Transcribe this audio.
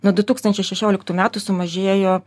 nuo du tūkstančiai šešioliktų metų sumažėjo